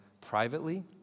privately